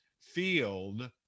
field